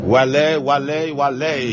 Wale-wale-wale